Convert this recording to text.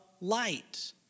light